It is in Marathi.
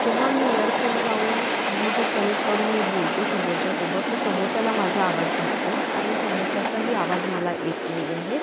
जेव्हा मी इयरफोन लावून ब्लूटूथ कनेट करून मी बोलते समोरच्यासोबत तर समोरच्याला माझा आवाज जात नाही आणि समोरच्याचाही आवाज मला येत नाही आहे